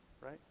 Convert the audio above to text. right